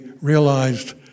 realized